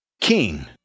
king